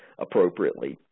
appropriately